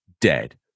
dead